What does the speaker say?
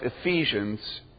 Ephesians